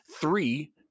three